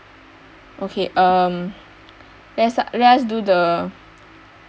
okay um let's let us do the